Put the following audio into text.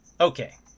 Okay